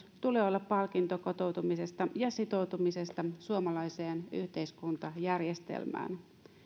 tulee olla palkinto kotoutumisesta ja sitoutumisesta suomalaiseen yhteiskuntajärjestelmään